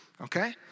okay